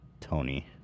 Tony